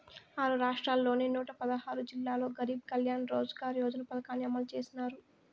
ఆరు రాష్ట్రాల్లోని నూట పదహారు జిల్లాల్లో గరీబ్ కళ్యాణ్ రోజ్గార్ యోజన పథకాన్ని అమలు చేసినారు